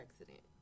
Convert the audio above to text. accident